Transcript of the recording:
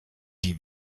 die